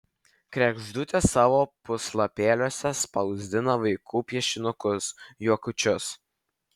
kregždutė savo puslapėliuose spausdina vaikų piešinukus juokučius